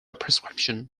prescription